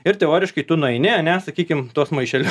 ir teoriškai tu nueini a ne sakykime tuos maišelius